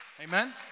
Amen